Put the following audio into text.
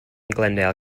glendale